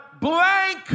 blank